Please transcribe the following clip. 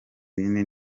bine